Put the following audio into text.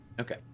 Okay